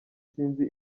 sinzi